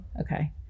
Okay